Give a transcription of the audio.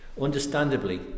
Understandably